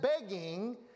begging